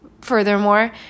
Furthermore